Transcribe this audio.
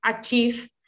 achieve